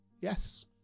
Yes